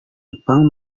jepang